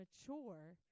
mature